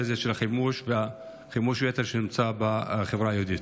הזה של החימוש וחימוש היתר שנמצא בחברה היהודית.